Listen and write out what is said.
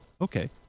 okay